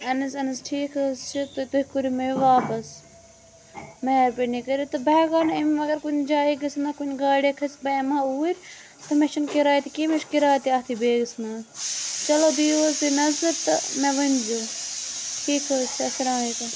اَہن حظ اَہن حظ ٹھیٖکھ حٕظ چھُ تہٕ تُہۍ کٔرِو مےٚ یہِ واپَس مہربٲنی کٔرِتھ تہٕ بہٕ ہیٚکو نہٕ امہِ وَغٲر کُنہِ جایہِ گٔژھِتھ نہَ کُنہِ گاڑے کھٔسِتھ بہٕ اِمہہَ اوٗرۍ مےٚ چھُنہِ کِرایہ تہِ کِہیٖنۍ مےٚ چھ کِراے تہِ اَتھی بیگَس مَنٛز چلو دِیِو حٕظ تُہۍ نَظَر تہٕ مےٚ ؤنۍ زیٚو ٹھیٖک حٕظ چھُ اَسَلامُ علیکُم